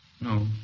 No